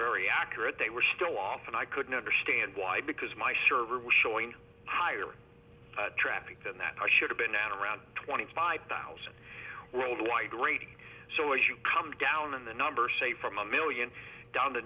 very accurate they were still off and i couldn't understand why because my server was showing higher traffic than that i should have been around twenty five thousand worldwide rate so as you come down in the number say from a million down t